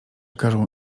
każą